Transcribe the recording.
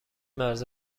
مرز